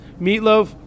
Meatloaf